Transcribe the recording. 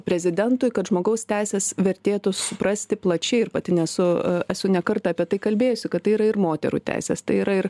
prezidentui kad žmogaus teises vertėtų suprasti plačiai ir pati nesu esu ne kartą apie tai kalbėjusi kad tai yra ir moterų teisės tai yra ir